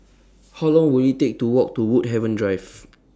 How Long Will IT Take to Walk to Woodhaven Drive